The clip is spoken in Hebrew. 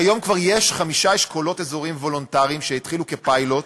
כיום כבר יש חמישה אשכולות אזוריים וולונטריים שהתחילו כפיילוט,